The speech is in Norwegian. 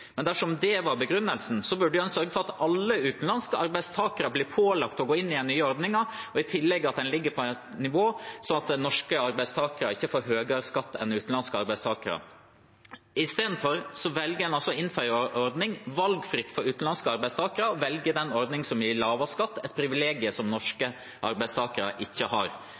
Men dersom det var begrunnelsen, burde en sørge for at alle utenlandske arbeidstakere blir pålagt å gå inn i den nye ordningen, og i tillegg at den ligger på et nivå som gjør at norske arbeidstakere ikke får høyere skatt enn utenlandske arbeidstakere. Isteden velger en å innføre en ordning der det er valgfritt for utenlandske arbeidstakere å velge den ordningen som gir lavest skatt – et privilegium som norske arbeidstakere ikke har.